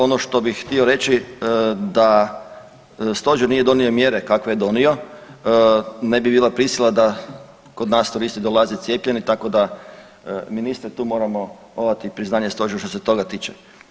Ono što bi htio reći da Stožer nije donio mjere kakve je donio, ne bi bila prisila da kod nas turisti dolaze cijepljeni, tako da, ministre, tu moramo odati priznanje Stožeru, što se toga tiče.